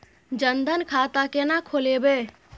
जनधन खाता केना खोलेबे?